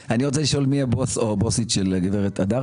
אני רוצה לשאול מי הבוס או הבוסית של גב' תמר,